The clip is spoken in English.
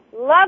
Love